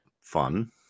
fun